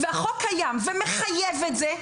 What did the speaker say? והחוק קיים ומחייב את זה,